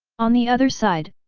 on the other side,